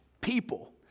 People